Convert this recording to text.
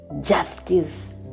justice